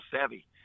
savvy